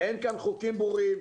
אין כאן חוקים ברורים,